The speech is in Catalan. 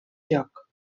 joc